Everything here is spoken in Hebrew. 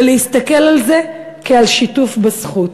ולהסתכל על זה כעל שיתוף בזכות.